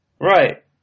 Right